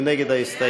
מי נגד ההסתייגות?